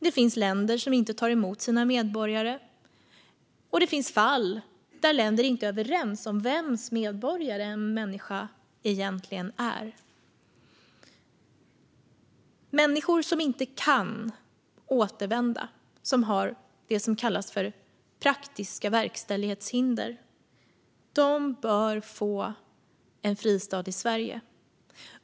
Det finns länder som inte tar emot sina medborgare, och det finns fall där länder inte är överens om vems medborgare en människa egentligen är. Människor som inte kan återvända, som har det som kallas för praktiska verkställighetshinder, bör få en fristad i Sverige.